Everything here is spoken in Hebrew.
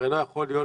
הרי לא יכול להיות,